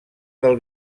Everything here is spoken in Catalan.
del